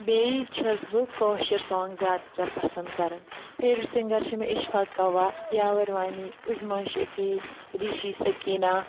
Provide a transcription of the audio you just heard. بیٚیہِ چھس بہٕ کٲشر سانٛگٕس زیادٕ تَر پَسنٛد کَران فیورِٹ سِنگَر چھ مےٚ اِشفاق کاوا یاوَر وانی عظمہ شَفیع ریٖشی سکیٖنا